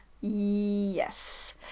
Yes